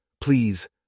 Please